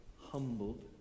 humbled